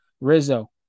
Rizzo